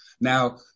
Now